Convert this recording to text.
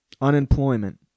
unemployment